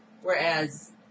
Whereas